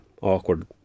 Awkward